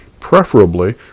preferably